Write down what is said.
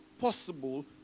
possible